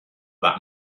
that